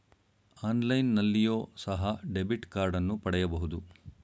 ಆನ್ಲೈನ್ನಲ್ಲಿಯೋ ಸಹ ಡೆಬಿಟ್ ಕಾರ್ಡನ್ನು ಪಡೆಯಬಹುದು